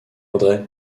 audrey